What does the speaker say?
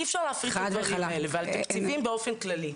אי אפשר להפריד בין הדברים האלה ועל תקציבים באופן כללי.